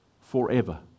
forever